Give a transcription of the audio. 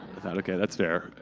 thought, okay, that's fair.